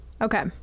okay